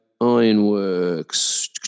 Ironworks –